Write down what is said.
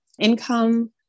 income